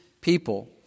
people